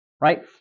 right